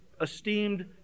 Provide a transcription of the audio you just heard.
esteemed